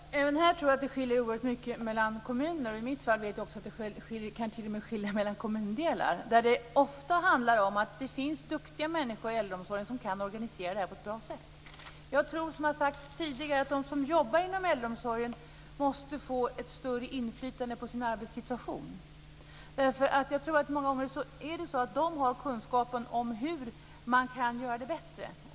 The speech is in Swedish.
Herr talman! Även här tror jag att det skiljer oerhört mycket mellan kommunerna. I mitt fall vet jag att det t.o.m. kan skilja mellan kommundelar. Det handlar ofta om att det finns duktiga människor i äldreomsorgen som kan organisera detta på ett bra sätt. Jag tror, som jag har sagt tidigare, att de som jobbar inom äldreomsorgen måste få ett större inflytande på sin arbetssituation. Jag tror att de många gånger har kunskapen om hur man kan göra det bättre.